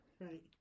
Right